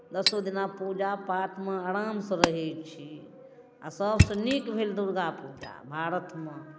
दसो दिना पूजा पाठमे आरामसँ रहै छी आ सभसँ नीक भेल दुर्गा पूजा भारतमे